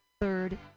Third